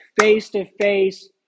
face-to-face